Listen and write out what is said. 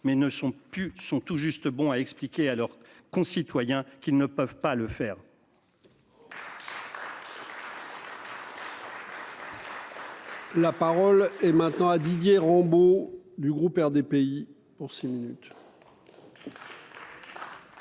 mais ne sont sont tout juste bons à expliquer à leurs concitoyens qui ne peuvent pas le faire. La parole est maintenant à Didier Rambaud du groupe RDPI pour six minutes.